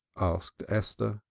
asked esther.